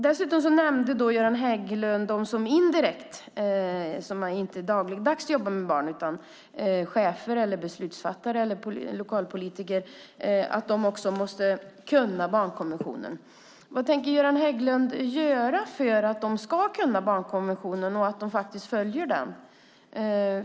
Dessutom nämnde Göran Hägglund att de som indirekt, inte dagligdags jobbar med barn utan är chefer, beslutsfattare eller lokalpolitiker också måste kunna barnkonventionen. Vad tänker Göran Hägglund göra för att de ska kunna barnkonventionen och faktiskt följa den?